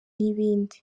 n’ibindi